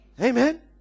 Amen